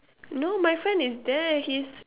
no my friend is there he's